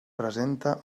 presenta